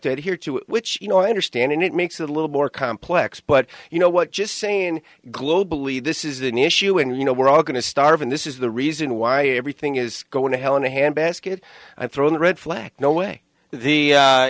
to adhere to which you know i understand it makes it a little more complex but you know what just saying globally this is an issue and you know we're all going to starve and this is the reason why everything is going to hell in a hand basket i throw a red flag no way the